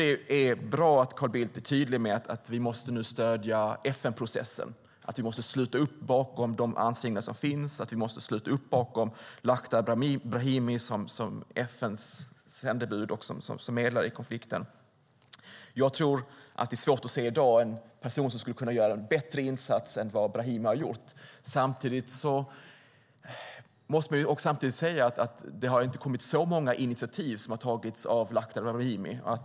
Det är bra att Carl Bildt är tydlig med att vi nu måste stödja FN-processen, att vi måste sluta upp bakom de ansträngningar som finns, att vi måste sluta upp bakom Lakhdar Brahimi som FN:s sändebud och medlare i konflikten. Jag tror att det i dag är svårt att se en person som skulle kunna göra en bättre insats än vad Brahimi gjort. Samtidigt måste man säga att det inte har tagits så många initiativ av Lakhdar Brahimi.